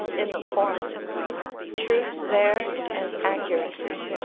in the former truth there as accuracy,